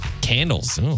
Candles